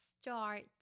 start